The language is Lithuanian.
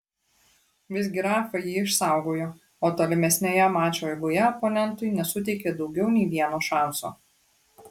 visgi rafa jį išsaugojo o tolimesnėje mačo eigoje oponentui nesuteikė daugiau nei vieno šanso